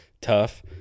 tough